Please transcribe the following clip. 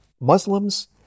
Muslims